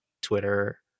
Twitter